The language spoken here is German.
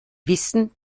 wissen